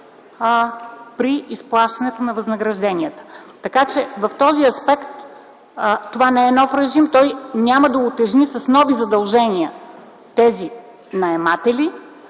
при изплащането на възнагражденията. Така че в този аспект това не е нов режим. Той няма да утежни с нови задължения тези наематели,